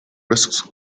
risks